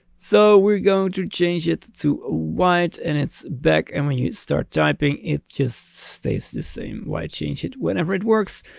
so we're going to change it to ah white and it's back. and when you start typing, it just stays the same, why change it whenever it works.